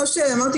ראשית